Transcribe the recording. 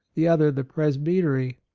the other the presbytery.